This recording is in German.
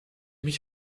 mich